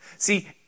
See